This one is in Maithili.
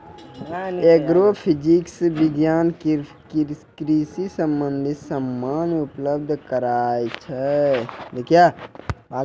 एग्रोफिजिक्स विज्ञान कृषि संबंधित समान उपलब्ध कराय छै